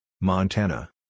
Montana